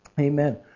Amen